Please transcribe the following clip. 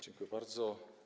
Dziękuję bardzo.